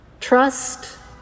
trust